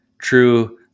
true